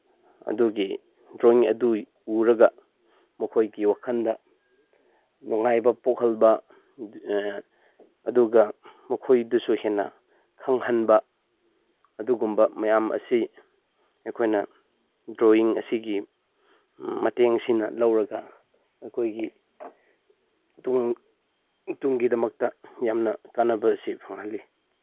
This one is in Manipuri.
ꯑꯗꯨꯒꯤ ꯗ꯭ꯔꯣꯋꯤꯡ ꯑꯗꯨ ꯎꯔꯒ ꯃꯈꯣꯏꯒꯤ ꯋꯥꯈꯟꯗ ꯅꯨꯡꯉꯥꯏꯕ ꯄꯣꯛꯍꯟꯕ ꯑꯗꯨꯒ ꯃꯈꯣꯏꯗꯁꯨ ꯍꯦꯟꯅ ꯈꯪꯍꯟꯕ ꯑꯗꯨꯒꯨꯝꯕ ꯃꯌꯥꯝ ꯑꯁꯤ ꯑꯩꯈꯣꯏꯅ ꯗ꯭ꯔꯣꯋꯤꯡ ꯑꯁꯤꯒꯤ ꯃꯇꯦꯡꯁꯤꯅ ꯂꯧꯔꯒ ꯑꯩꯈꯣꯏꯒꯤ ꯇꯨꯡꯒꯤꯗꯃꯛꯇ ꯌꯥꯝꯅ ꯀꯥꯟꯅꯕ ꯑꯁꯤ ꯐꯪꯍꯜꯂꯤ